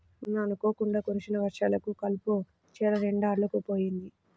మొన్న అనుకోకుండా కురిసిన వర్షాలకు కలుపు చేలనిండా అల్లుకుపోయింది